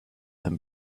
than